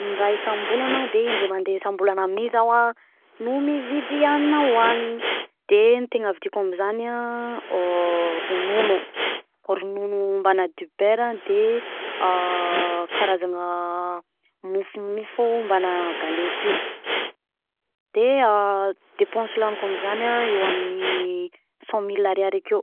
Raha isam-bolana de indray isam-bolana mi zaho a no mividy hagnina hoagnina de ny tegna vidiko am'zany a ronono, ronono mbana du beurre de karazana mofomofo mbana galety io de a depense lagniko amin'izany a eo amin'ny cent mille ariary akeo.